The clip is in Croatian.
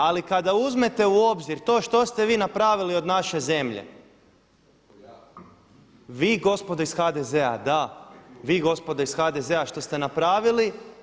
Ali kada uzmete u obzir to što ste vi napravili od naše zemlje, vi gospodo iz HDZ-a, da vi gospodo iz HDZ-a što ste napravili.